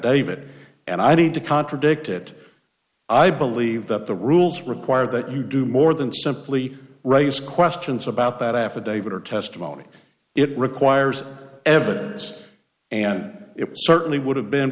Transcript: affidavit and i need to contradict it i believe that the rules require that you do more than simply raise questions about that affidavit or testimony it requires evidence and it certainly would have been